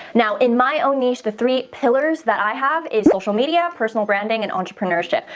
now in my own niche, the three pillars that i have is social media, personal branding and entrepreneurship.